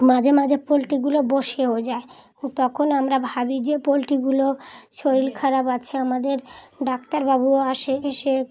মাঝে মাঝে পোলট্রিগুলো বসেও যায় তখন আমরা ভাবি যে পোলট্রিগুলো শরীর খারাপ আছে আমাদের ডাক্তারবাবুও আসে এসে